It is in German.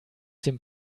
dem